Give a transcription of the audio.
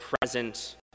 present